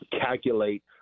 calculate